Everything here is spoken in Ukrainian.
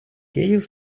київ